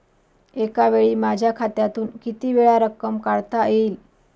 एकावेळी माझ्या खात्यातून कितीवेळा रक्कम काढता येईल?